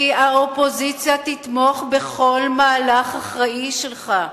האופוזיציה תתמוך בכל מהלך אחראי שלך,